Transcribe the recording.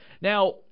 Now